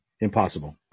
Impossible